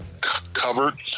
covered